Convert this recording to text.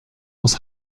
aus